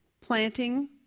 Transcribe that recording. planting